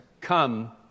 come